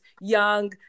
young